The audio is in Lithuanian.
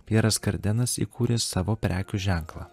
pjeras kardenas įkūrė savo prekių ženklą